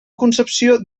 concepció